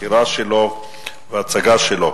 על הסקירה שלו וההצגה שלו.